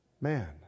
man